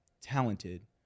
talented